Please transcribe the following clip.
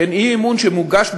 כן, אי-אמון שמוגש בצרורות,